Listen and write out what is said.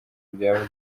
byaba